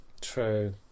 true